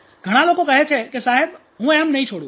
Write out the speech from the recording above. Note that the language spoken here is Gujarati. ઘણા લોકોએ કહે છે કે સાહેબ હું એમ નહીં છોડું